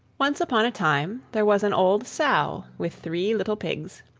once upon a time there was an old sow with three little pigs,